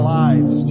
lives